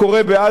בגנים,